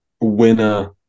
Winner